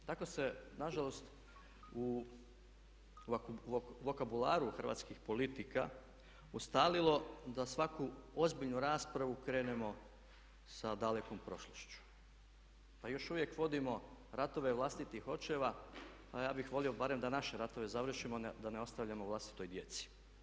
Tako se na žalost u vokabularu hrvatskih politika ustalilo da u svaku ozbiljnu raspravu krenemo sa dalekom prošlošću, pa još uvijek vodimo ratove vlastitih očeva, a ja bih volio barem da naše ratove završimo, da ne ostavljamo vlastitoj djeci.